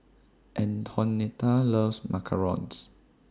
Antonetta loves Macarons